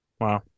wow